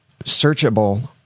searchable